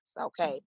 Okay